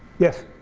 yes.